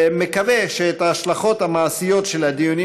ומקווה שאת ההשלכות המעשיות של הדיונים